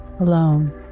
alone